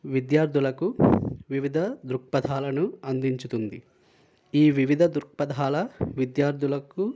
విద్యార్థులకు వివిధ దృక్పథాలను అందించుతుంది ఈ వివిధ దృక్పథాల విద్యార్థులకు